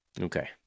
Okay